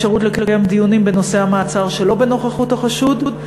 ולאפשרות לקיים דיונים בנושא המעצר שלא בנוכחות החשוד.